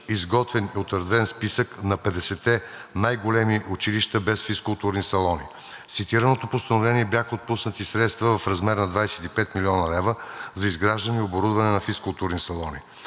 изготвен и отразен списък на 50-те най-големи училища без физкултурни салони. С цитираното постановление бяха отпуснати средства в размер на 25 млн. лв. за изграждане и оборудване на физкултурни салони.